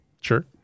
Sure